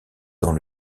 dans